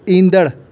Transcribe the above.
ईंदड़